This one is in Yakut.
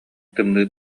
тымныы